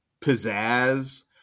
pizzazz